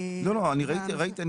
לא, לא, ראיתי.